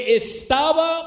estaba